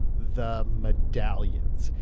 the medallions.